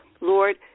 Lord